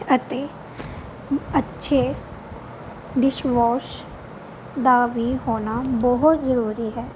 ਅਤੇ ਅੱਛੇ dish wash ਦਾ ਵੀ ਹੋਣਾ ਬਹੁਤ ਜ਼ਰੂਰੀ ਹੈ